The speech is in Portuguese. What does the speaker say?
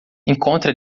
encontre